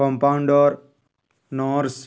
compounder nurse